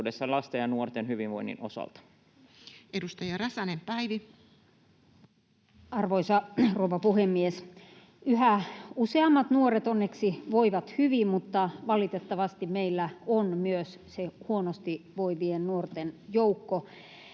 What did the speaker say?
lasten ja nuorten hyvinvoinnista ja jaksamisesta Time: 17:17 Content: Arvoisa rouva puhemies! Yhä useammat nuoret onneksi voivat hyvin, mutta valitettavasti meillä on myös se huonosti voivien nuorten joukko,